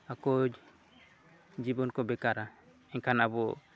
ᱟᱠᱚ ᱡᱤᱵᱚᱱ ᱠᱚ ᱵᱮᱠᱟᱨᱟ ᱮᱱᱠᱷᱟᱱ ᱟᱵᱚ